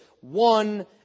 one